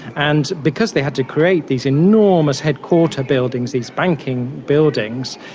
and because they had to create these enormous headquarter buildings, these banking buildings,